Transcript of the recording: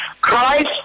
Christ